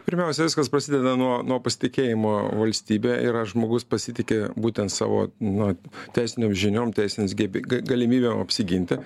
pirmiausia viskas prasideda nuo nuo pasitikėjimo valstybe ir ar žmogus pasitiki būtent savo na teisinėm žiniom teisiniais geb ga galimybėm apsiginti